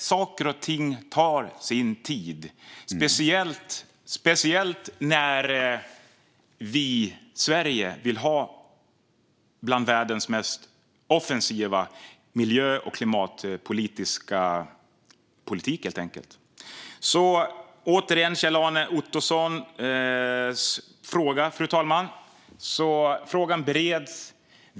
Saker och ting tar sin tid, särskilt när vi i Sverige vill ha en miljö och klimatpolitik som är en av världens mest offensiva. Återigen, Kjell-Arne Ottosson och fru talman: Frågan bereds.